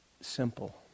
simple